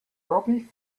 robbie